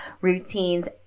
routines